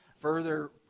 further